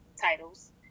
titles